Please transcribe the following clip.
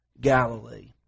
Galilee